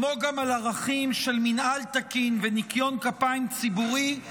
כמו גם על ערכים של מינהל תקין וניקיון כפיים ציבורי,